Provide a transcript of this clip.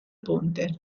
ponte